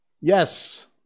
Yes